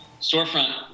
storefront